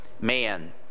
man